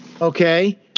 okay